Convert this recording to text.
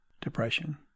depression